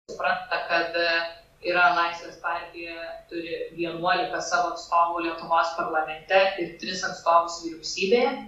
supranta kad yra laisvės partijoje turi vienuoliką savo atstovų lietuvos parlamente ir tris atstovus vyriausybėje